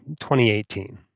2018